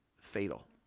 fatal